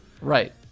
Right